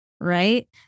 right